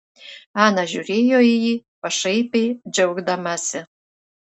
ana žiūrėjo į jį pašaipiai džiaugdamasi